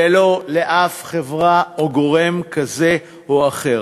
ולא לשום חברה או גורם כזה או אחר.